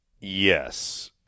Yes